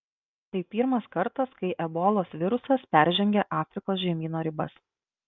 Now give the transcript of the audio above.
tai pirmas kartas kai ebolos virusas peržengė afrikos žemyno ribas